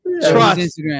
Trust